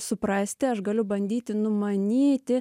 suprasti aš galiu bandyti numanyti